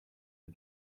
you